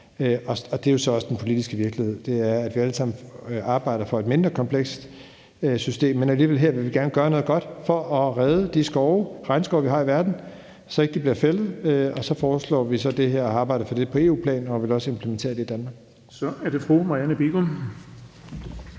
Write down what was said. Det er jo så også den politiske virkelighed, altså at vi alle arbejder for et mindre komplekst system, men her vil vi alligevel gerne gøre noget godt for at redde de regnskove, vi har i verden, så de ikke bliver fældet, og så foreslår vi det her og arbejder for det på EU-plan og vil også implementere det i Danmark. Kl. 20:24 Den fg.